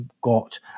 got